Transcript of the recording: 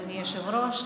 אדוני היושב-ראש.